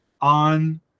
on